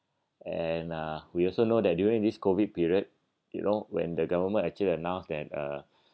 and uh we also know that during this COVID period you know when the government actually announced at uh